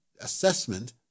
assessment